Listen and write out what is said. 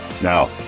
Now